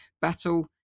Battle